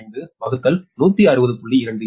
27அதாவது 50 p